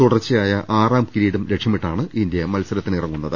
തുടർച്ചയായ ആറാം കിരീടം ലക്ഷ്യമിട്ടാണ് ഇന്ത്യ മത്സരത്തിനിറങ്ങുന്നത്